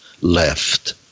left